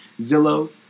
Zillow